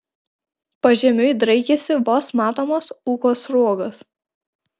pažemiui draikėsi vos matomos ūko sruogos